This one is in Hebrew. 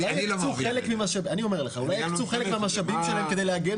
אולי יקצו חלק מהמשאבים שלהם כדי להגן